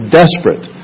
desperate